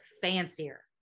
fancier